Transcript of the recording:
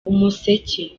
umuseke